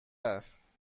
است